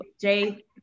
Jay